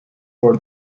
for